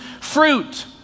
fruit